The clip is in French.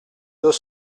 deux